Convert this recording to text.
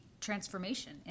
transformation